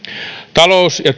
talous ja